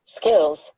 skills